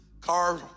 car